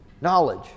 knowledge